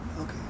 Okay